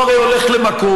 הרי הוא הולך למקום,